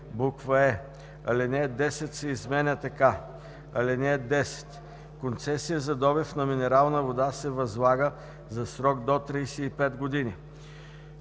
е) алинея 10 се изменя така: „(10) Концесия за добив на минерална вода се възлага за срок до 35 години.“